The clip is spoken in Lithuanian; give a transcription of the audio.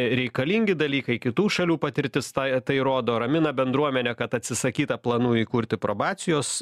reikalingi dalykai kitų šalių patirtis tą tai rodo ramina bendruomenę kad atsisakyta planų įkurti probacijos